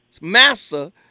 Massa